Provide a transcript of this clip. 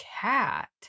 cat